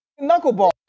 knuckleball